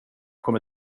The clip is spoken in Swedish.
kommer